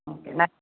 ஓகேங்க